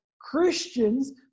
Christians